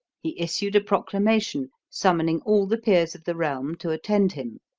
he issued a proclamation summoning all the peers of the realm to attend him.